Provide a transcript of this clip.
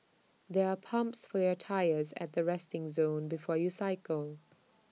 there are pumps for your tyres at the resting zone before you cycle